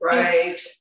right